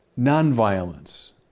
nonviolence